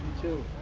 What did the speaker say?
to